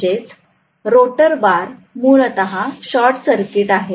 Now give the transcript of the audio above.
म्हणजेच rotor bar मूलतः short circuit आहेत